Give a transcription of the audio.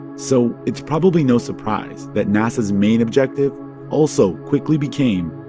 so it's probably no surprise that nasa's main objective also quickly became.